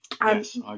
Yes